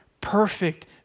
perfect